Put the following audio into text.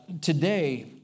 today